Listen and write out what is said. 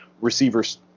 receivers